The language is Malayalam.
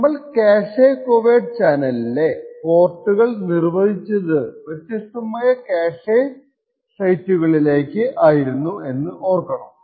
നമ്മൾ ക്യാഷെ കോവേർട്ട് ചാനലിലെ പോർട്ടുകൾ നിർവചിച്ചതു വ്യത്യസ്തമായ ക്യാഷെ സെറ്റുകളിലായിരുന്നു എന്ന് ഓർക്കണം